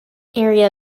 area